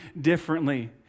differently